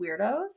weirdos